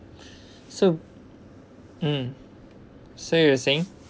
so mm so you were saying